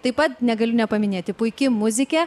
taip pat negaliu nepaminėti puiki muzikė